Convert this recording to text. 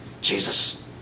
Jesus